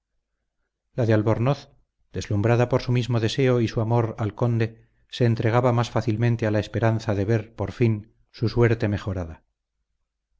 albornoz deslumbrada por su mismo deseo y su amor al conde se entregaba más fácilmente a la esperanza de ver por fin su suerte mejorada